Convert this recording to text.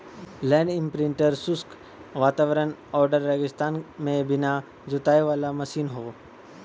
land imprinter शुष्क वातावरण आउर रेगिस्तान में बिना जोताई वाला मशीन हौ